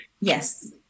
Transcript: Yes